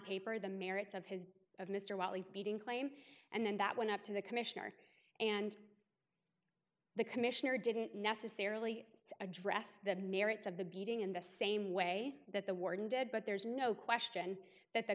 paper the merits of his of mr wyly's beating claim and then that went up to the commissioner and the commissioner didn't necessarily address the merits of the beating in the same way that the warden did but there's no question that the